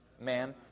Ma'am